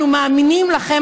אנחנו מאמינים לכם,